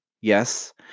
yes